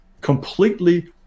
completely